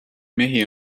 mehi